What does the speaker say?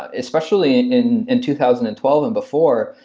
especially in and two thousand and twelve and before.